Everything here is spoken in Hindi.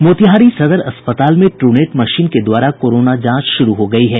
मोतिहारी सदर अस्पताल में ट्रूनेट मशीन के द्वारा कोरोना जांच शुरू हो गयी है